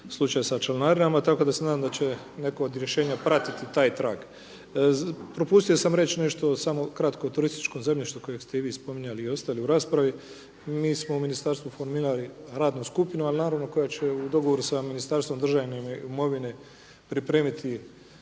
slučaj sa članarinama, tako da se nadam da će neko od rješenja pratiti taj trag. Propustio sam reći nešto samo kratko o turističkom zemljištu kojeg ste i vi spominjali i ostali u raspravi, mi smo u ministarstvu formirali radnu skupinu koja će u dogovoru sa Ministarstvom državne imovine pripremiti